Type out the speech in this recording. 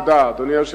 תודה רבה.